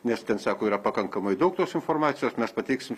nes ten sako yra pakankamai daug tos informacijos mes pateiksim